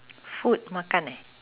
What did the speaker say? food makan eh